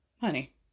Honey